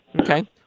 Okay